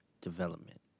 development